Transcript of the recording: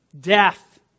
Death